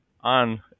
on